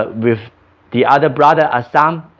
but with the other brother as sam,